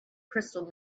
crystal